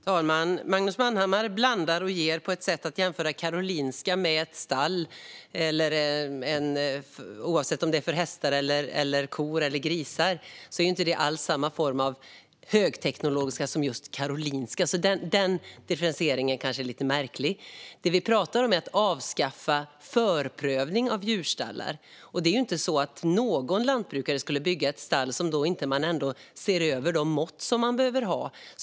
Fru talman! Magnus Manhammar blandar och ger. Han jämför Karolinska med stall för hästar, kor eller grisar. Men det är ju inte alls samma form av högteknologi som det handlar om när det gäller Karolinska, så den jämförelsen tycker jag är lite märklig. Det vi talar om är att avskaffa förprövning av djurstallar. Det finns ju ingen lantbrukare som skulle bygga ett stall utan att se över de mått som man behöver ha.